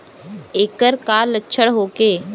ऐकर का लक्षण होखे?